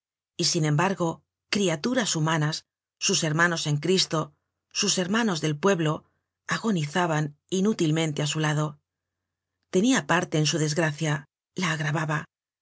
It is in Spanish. y sin embargo criaturas humanas sus hermanos en jesucristo sus hermanos del pueblo agonizaban inútilmente á su lado tenia parte en su desgracia la agravaba